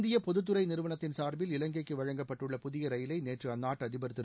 இந்திய பொதுத்துறை நிறுவனத்தின் சார்பில் இலங்கைக்கு வழங்கப்பட்டுள்ள புதிய ரயிலை நேற்று அந்நாட்டு அதிபர் திரு